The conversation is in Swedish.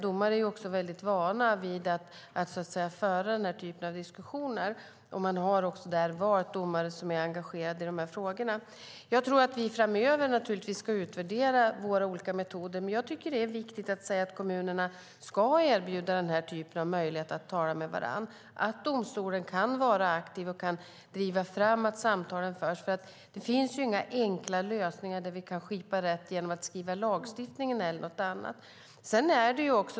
Domarna där är väldigt vana vid att föra den här typen av diskussioner, och man har där också valt domare som är engagerade i de här frågorna. Framöver ska vi naturligtvis utvärdera våra olika metoder. Men jag tycker att det är viktigt att kommunerna erbjuder den här typen av möjlighet att tala med varandra och att domstolen kan vara aktiv och driva fram att samtalen förs, för det finns ju inga enkla lösningar för att skipa rätt genom att skriva om lagstiftningen.